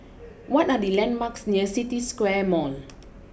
what are the landmarks near City Square Mall